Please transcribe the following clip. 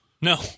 No